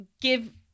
give